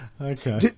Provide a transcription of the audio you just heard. Okay